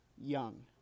young